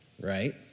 right